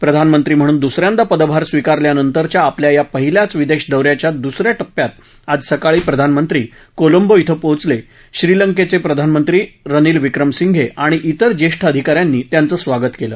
प्रधानमंत्री म्हणून दुसऱ्यांदा पदभार स्वीकारल्यानंतरच्या आपल्या या पहिल्याच विदेश दौऱ्याच्या दुसऱ्या टप्प्यात आज सकाळी प्रधानमंत्री कोलंबो ॐ पोहोचले श्रीलंकेचे प्रधानमंत्री रनील विक्रमसिंघे आणि तिर ज्येष्ठ अधिकाऱ्यांनी त्यांचं स्वागत केलं